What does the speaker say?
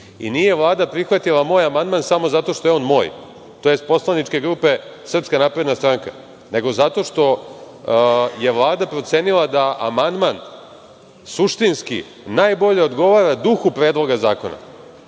i nije Vlada prihvatila moj amandman samo zato što je on moj, tj. poslaničke grupe SNS, nego zato što je Vlada procenila da amandman suštinski najbolje odgovara duhu Predloga zakona,